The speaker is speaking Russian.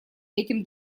этим